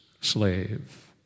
slave